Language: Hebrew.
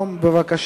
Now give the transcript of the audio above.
אחד.